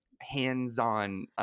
hands-on